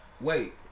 Wait